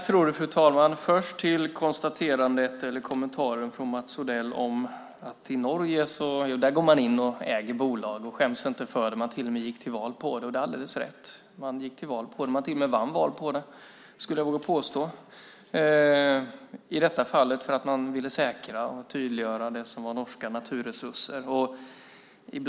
Fru talman! Mats Odell säger att i Norge går man in och äger bolag. Man skäms inte för det. Man till och med gick till val på det. Det är alldeles rätt. Man gick till val på det. Man till och med vann val på det, skulle jag våga påstå. Det var för att man ville säkra och tydliggöra det som var norska naturresurser.